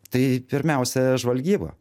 tai pirmiausia žvalgyba